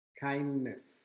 kindness